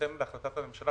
בהתאם להחלטת הממשלה,